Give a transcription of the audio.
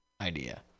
idea